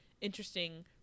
interesting